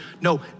No